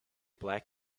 black